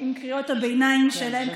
עם קריאות הביניים שלהם.